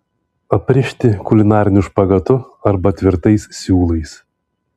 aprišti kulinariniu špagatu arba tvirtais siūlais